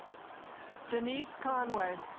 denys conway.